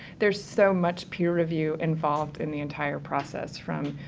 there's so much peer review involved in the entire process, from,